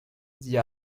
dit